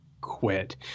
quit